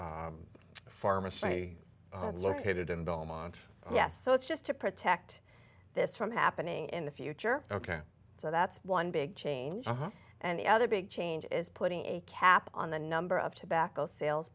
pharmacy i located in belmont yes so it's just to protect this from happening in the future ok so that's one big change and the other big change is putting a cap on the number of tobacco sales